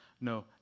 no